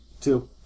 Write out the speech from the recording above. Two